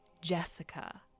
Jessica